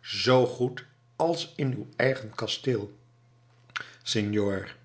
zoo goed als in uw eigen kasteel senor